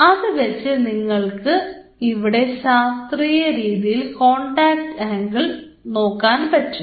അത് വെച്ച് നിങ്ങൾ ഇവിടെ ശാസ്ത്രീയരീതിയിൽ കോൺടാക്ട് ആംഗിൾ നോക്കുക